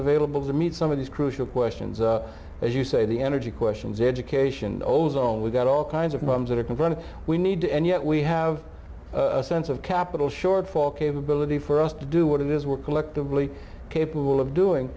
available to meet some of these crucial questions as you say the energy question is education always on we've got all kinds of problems that are confronted we need to and yet we have a sense of capital shortfall capability for us to do what it is we're collectively capable of doing